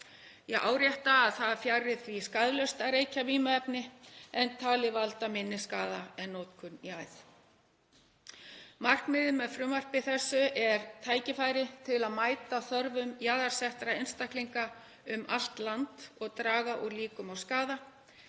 Ég árétta að það er fjarri því skaðlaust að reykja vímuefni en það er talið valda minni skaða en notkun í æð. Markmiðið með frumvarpi þessu er tækifæri til að mæta þörfum jaðarsettra einstaklinga um allt land og draga úr líkum á skaða.